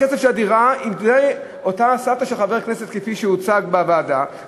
ובכסף של הדירה אותה סבתא של חבר הכנסת משלמת לבית-אבות,